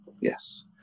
Yes